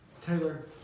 Taylor